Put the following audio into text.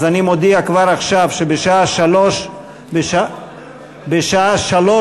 אז אני מודיע כבר עכשיו שבשעה 15:00 אנחנו